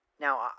Now